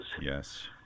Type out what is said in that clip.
Yes